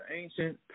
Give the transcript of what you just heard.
ancient